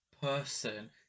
person